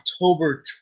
October